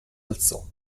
alzò